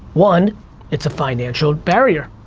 one it's a financial barrier.